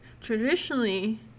Traditionally